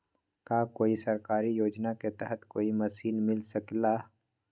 का कोई सरकारी योजना के तहत कोई मशीन मिल सकेला?